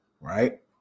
right